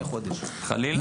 חלילה.